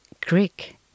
creek